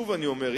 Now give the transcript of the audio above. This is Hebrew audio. שוב אני אומר,